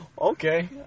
Okay